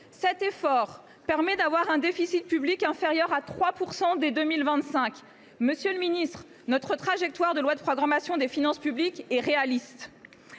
Cet effort permet d’avoir un déficit public inférieur à 3 % dès 2025. Notre trajectoire pour la loi de programmation des finances publiques est réaliste,